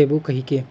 लेबो कहिके